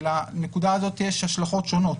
ולנקודה הזאת יש השלכות שונות.